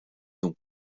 donc